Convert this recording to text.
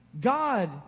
God